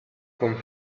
con